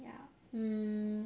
ya mm